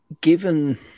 given